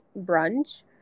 brunch